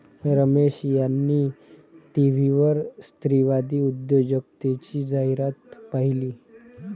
रमेश यांनी टीव्हीवर स्त्रीवादी उद्योजकतेची जाहिरात पाहिली